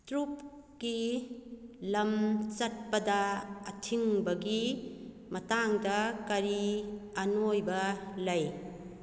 ꯇ꯭ꯔꯨꯞꯀꯤ ꯂꯝ ꯆꯠꯄꯗ ꯑꯊꯤꯡꯕꯒꯤ ꯃꯇꯥꯡꯗ ꯀꯔꯤ ꯑꯅꯣꯏꯕ ꯂꯩ